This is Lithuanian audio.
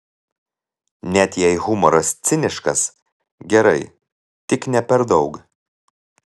net jei humoras ciniškas gerai tik ne per daug